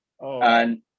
And-